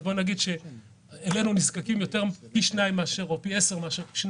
אז בואו נגיד שאלינו נזקקים פי 10 מאשר שני